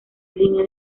línea